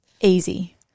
easy